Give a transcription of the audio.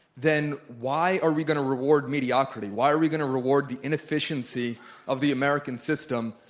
then why are we going to reward mediocrity, why are we going to reward the inefficiency of the american system,